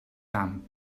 camp